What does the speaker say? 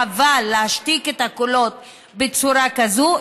חבל להשתיק את הקולות בצורה כזאת.